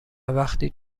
وقتی